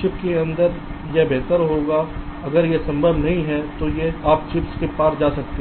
chip के अंदर यह बेहतर है अगर यह संभव नहीं है तो आप चिप्स के पार जा सकते हैं